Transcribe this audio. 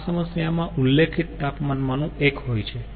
આ સમસ્યા માં ઉલ્લેખિત તાપમાનમાંનું એક હોય છે